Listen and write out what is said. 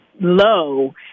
low